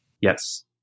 Yes